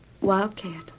Wildcat